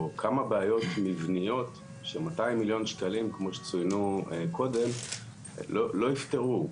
או כמה בעיות מבניות ש- 200 מיליון שקלים כמו שצוינו קודם לא יפתרו.